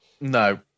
No